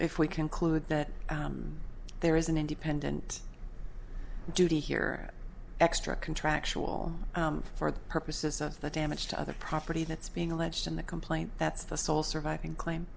if we conclude that there is an independent duty here extra contractual for the purposes of the damage to other property that's being alleged in the complaint that's the sole surviving claim